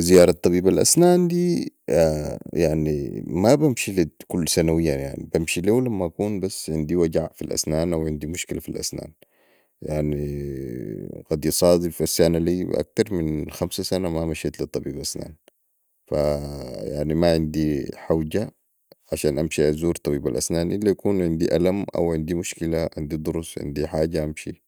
زياره طبيب الاسنان دي يعني مابمشي سنويا بمشي ليهو لمن تكون عندي وجع في الأسنان او عندي مشكلة في الأسنان يعني قد يصادف هسع أنا لي اكتر من خمسة سنه مامشيت لي طبيب اسنان فا يعني ماعندي حوجه عشان امشي ازور طبيب الاسنان الا يكون عندي الم او عندي مشكلة عندي ضرس عندي حاجه امشي